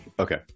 okay